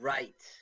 Right